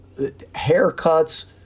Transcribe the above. haircuts